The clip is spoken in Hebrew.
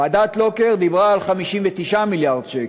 ועדת לוקר דיברה על 59 מיליארד שקל,